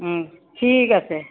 হুম ঠিক আছে